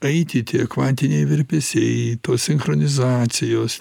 eiti tie kvantiniai virpesiai tos sinchronizacijos